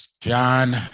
John